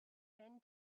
been